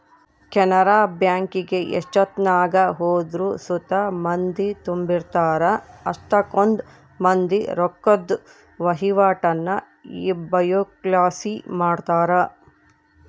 ಕೆನರಾ ಬ್ಯಾಂಕಿಗೆ ಎಷ್ಟೆತ್ನಾಗ ಹೋದ್ರು ಸುತ ಮಂದಿ ತುಂಬಿರ್ತಾರ, ಅಷ್ಟಕೊಂದ್ ಮಂದಿ ರೊಕ್ಕುದ್ ವಹಿವಾಟನ್ನ ಈ ಬ್ಯಂಕ್ಲಾಸಿ ಮಾಡ್ತಾರ